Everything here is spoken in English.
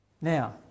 Now